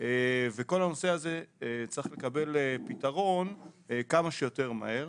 וכל הנושא הזה צריך לקבל פתרון כמה שיותר מהר,